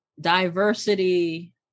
Diversity